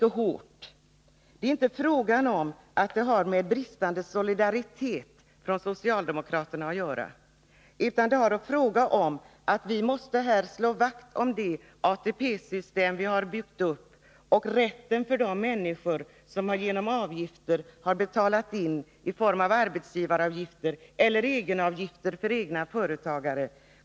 Det är här inte fråga om bristande solidaritet från socialdemokraterna, utan vi anser att man måste slå vakt om det ATP-system vi har byggt upp och rätten för de människor som har betalat in till sin försäkring i form av arbetsgivaravgifter eller egenavgifter.